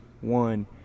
One